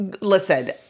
listen